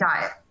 diet